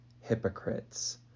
hypocrites